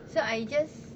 so I just